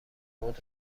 خود